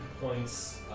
points